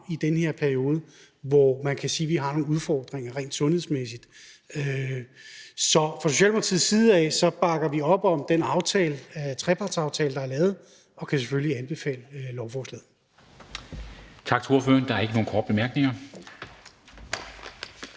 i den her periode, hvor vi har nogle udfordringer rent sundhedsmæssigt. Så fra Socialdemokratiets side bakker vi op om den trepartsaftale, der er lavet, og kan selvfølgelig støtte lovforslaget.